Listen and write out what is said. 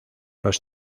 los